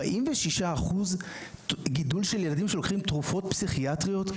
46% גידול של ילדים שלוקחים תרופות פסיכיאטריות.